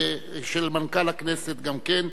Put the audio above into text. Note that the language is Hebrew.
ושל מנכ"ל הכנסת גם כן,